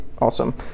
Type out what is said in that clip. awesome